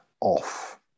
off